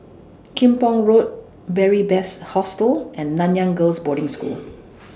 Kim Pong Road Beary Best Hostel and Nanyang Girls' Boarding School